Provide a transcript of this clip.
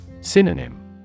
Synonym